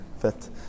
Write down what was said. fit